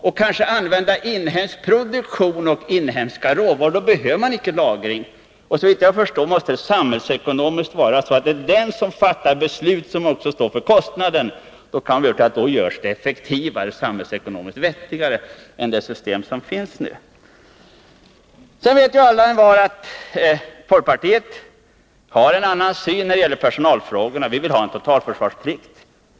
Vi kan kanske utnyttja inhemsk produktion och inhemska råvaror — då behövs det icke lagring. Såvitt jag förstår måste det samhällsekonomiskt vara positivt om den som fattar beslut också står för kostnaden. Då kan man utgå från att det görs effektivare och samhällsekonomiskt vettigare. Alla och envar vet att folkpartiet har en annan syn på totalförsvarets personalförsörjning än de andra partierna. Vi vill ha en totalförsvarsplikt.